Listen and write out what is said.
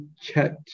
chat